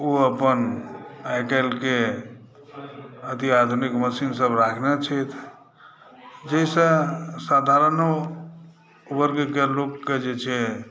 ओ अपन आइ काल्हिके अति आधुनिक मशीन सभ राखने छथि जाहिसँ साधारनो वर्गके लोकके जे छै से